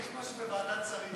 משהו לוועדת שרים.